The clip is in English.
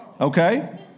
Okay